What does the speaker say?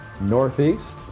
Northeast